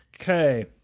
Okay